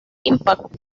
impact